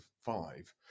five